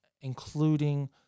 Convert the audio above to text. including